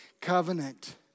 covenant